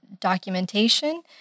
documentation